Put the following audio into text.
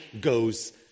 goes